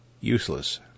useless